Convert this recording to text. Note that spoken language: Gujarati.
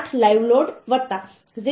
8 લાઈવ લોડ 0